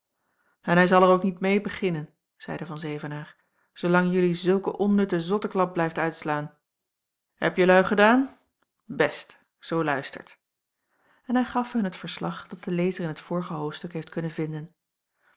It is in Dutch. en hij zal er ook niet meê beginnen zeide van zevenaer zoolang jelui zulke onnutte zotteklap blijft uitslaan heb jelui gedaan best zoo luistert en hij gaf hun het verslag dat de lezer in het vorige hoofdstuk heeft kunnen vinden